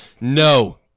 no